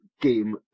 game